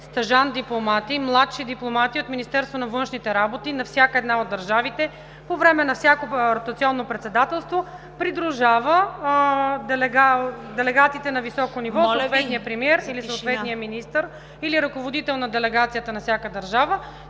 стажант дипломати, младши дипломати от Министерството на външните работи на всяка една от държавите, които по време на всяко ротационно председателство придружават делегатите на високо ниво, съответния премиер или министър, или ръководител на делегацията на всяка държава.